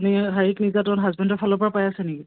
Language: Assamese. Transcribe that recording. নি শাৰৰিক নিৰ্যাতন হাজবেণ্ডৰ ফালৰ পৰা পাই আছে নেকি